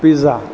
pizza